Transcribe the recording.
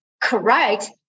correct